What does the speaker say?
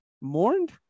mourned